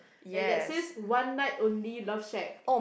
and that says one night only love shack